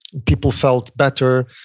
people felt better.